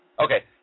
Okay